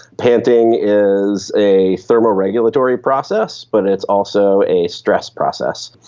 panting is a thermoregulatory process but it's also a stress process,